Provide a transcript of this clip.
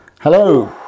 Hello